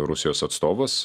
rusijos atstovas